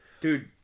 Dude